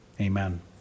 amen